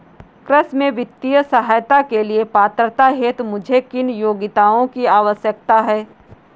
कृषि में वित्तीय सहायता के लिए पात्रता हेतु मुझे किन योग्यताओं की आवश्यकता है?